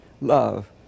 love